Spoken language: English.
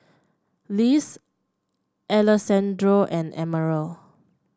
Liz Alessandro and Emerald